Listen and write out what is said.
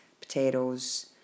potatoes